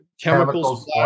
chemicals